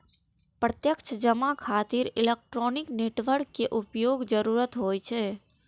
प्रत्यक्ष जमा खातिर इलेक्ट्रॉनिक नेटवर्क के उपयोगक जरूरत होइ छै